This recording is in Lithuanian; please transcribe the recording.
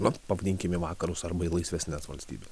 na pavadinkim į vakarus arba į laisvesnes valstybe